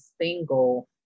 single